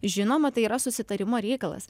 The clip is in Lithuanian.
žinoma tai yra susitarimo reikalas